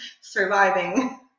surviving